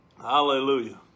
Hallelujah